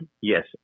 Yes